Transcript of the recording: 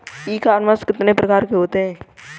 ई commerce कितने प्रकार के होते हैं?